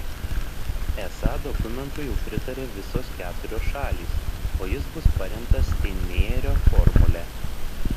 esą dokumentui jau pritarė visos keturios šalys o jis bus paremtas steinmeierio formule